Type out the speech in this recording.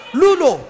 lulo